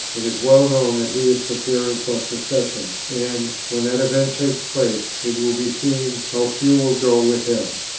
it is well known that he is preparing for secession and, when that event takes place, it will be seen how few will go with him.